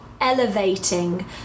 elevating